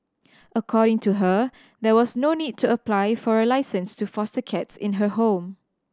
according to her there was no need to apply for a licence to foster cats in her home